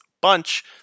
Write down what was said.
bunch